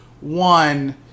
one